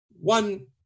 One